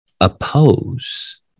oppose